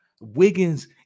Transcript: Wiggins